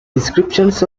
descriptions